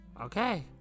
Okay